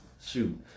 shoot